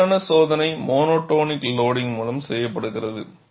உண்மையான சோதனை monotonic loading மூலம் செய்யப்படுகிறது